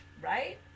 right